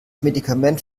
medikament